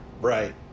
Right